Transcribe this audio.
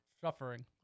Suffering